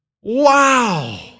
Wow